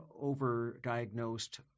over-diagnosed